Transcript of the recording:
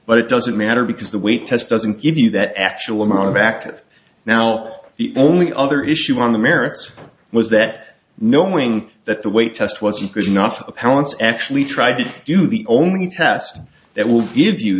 but it doesn't matter because the weight test doesn't give you that actual amount of active now the only other issue on the merits was that knowing that the weight test wasn't good enough appellants actually tried to do the only test that will give you